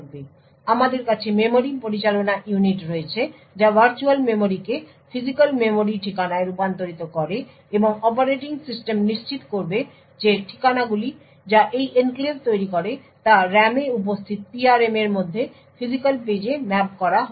সুতরাং আমাদের কাছে মেমরি পরিচালনা ইউনিট রয়েছে যা ভার্চুয়াল মেমরিকে ফিজিক্যাল মেমরি ঠিকানায় রূপান্তরিত করে এবং অপারেটিং সিস্টেম নিশ্চিত করবে যে ঠিকানাগুলি যা এই এনক্লেভ তৈরী করে তা RAM এ উপস্থিত PRM এর মধ্যে ফিজিক্যাল পেজে ম্যাপ করা হবে